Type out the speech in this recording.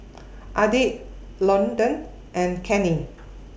Edyth Londyn and Kenny